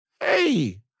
Hey